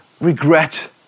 regret